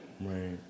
right